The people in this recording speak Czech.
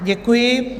Děkuji.